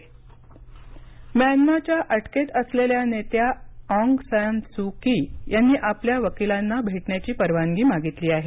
Suu Kyi Myanmar च्या अटकेत असलेल्या नेत्या आँग सान स्यू की यांनी आपल्या वकीलांना भेटण्याची परवानगी मागितली आहे